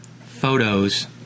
photos